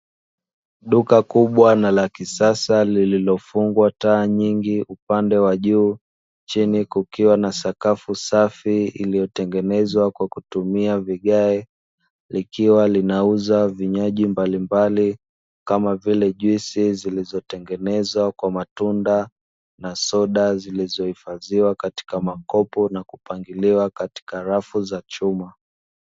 Duka kubwa na la kisasa lililofungwa taa nyingi upande wa juu, chini kukiwa na sakafu safi iliyotengenezwa kwa kutumia vigae, likiwa linauza vinywaji mbalimbali kama vile juisi zilizotengenezwa kwa matunda na soda zilizohifadhiwa katika makopo na kupangiliwa katika rafu za chuma.